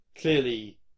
clearly